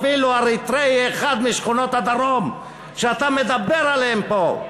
אפילו אריתריאי אחד משכונות הדרום שאתה מדבר עליהן פה.